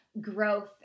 growth